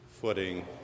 footing